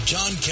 John